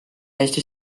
hästi